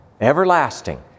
Everlasting